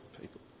people